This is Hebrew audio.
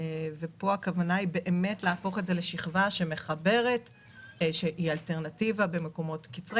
ופה הכוונה היא להפוך את זה לאלטרנטיבה במקומות קצרי